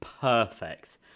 perfect